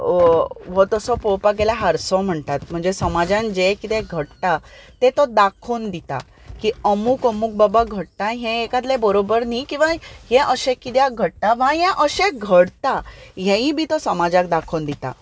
हो तसो पोवपाक गेल्यार हारसो म्हणटात म्हणजे समाजांत जें कितें घडटा तें तो दाखोवन दिता की अमूक अमूक बाबा घडटा हें एकांतलें बरोबर न्ही किंवां हें अशें कित्याक घडटा वा हें अशें घडटा हेंय बी तो समाजाक दाखोवन दिता